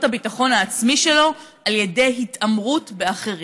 את הביטחון העצמי שלו על ידי התעמרות באחרים.